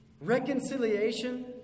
reconciliation